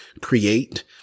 create